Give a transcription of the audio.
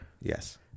Yes